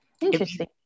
Interesting